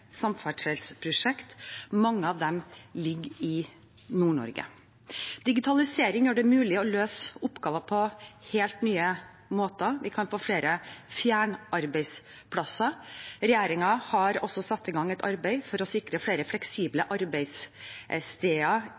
samferdselsprosjekt. Mange av dem ligger i Nord-Norge. Digitalisering gjør det mulig å løse oppgaver på helt nye måter. Vi kan få flere fjernarbeidsplasser. Regjeringen har også satt i gang et arbeid for å sikre fleksible arbeidssteder